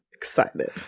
Excited